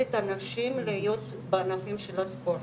את הנשים להיות בענפים של הספורט,